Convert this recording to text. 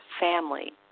family